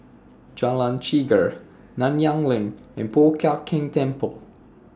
Jalan Chegar Nanyang LINK and Po Chiak Keng Temple